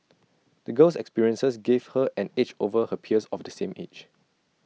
the girl's experiences gave her an edge over her peers of the same age